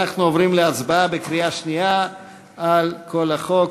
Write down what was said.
אנחנו עוברים להצבעה בקריאה שנייה על כל החוק,